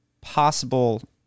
possible